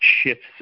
shifts